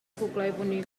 global